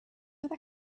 other